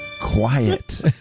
Quiet